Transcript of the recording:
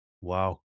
Wow